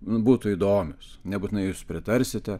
būtų įdomios nebūtinai jūs pritarsite